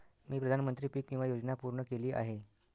मी प्रधानमंत्री पीक विमा योजना पूर्ण केली आहे